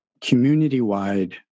community-wide